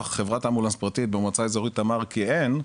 חברת אמבולנס פרטית במועצה אזורית תמר כי אין,